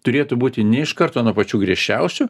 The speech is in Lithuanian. turėtų būti ne iš karto nuo pačių griežčiausių